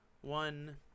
one